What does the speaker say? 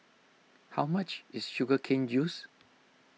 how much is Sugar Cane Juice